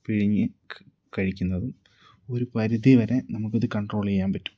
പിഴിഞ്ഞ് കഴിക്കുന്നതും ഒരു പരിധി വരെ നമുക്കത് കൺട്രോൽ ചെയ്യാൻ പറ്റും